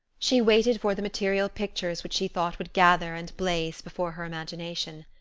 she waited for the material pictures which she thought would gather and blaze before her imagination.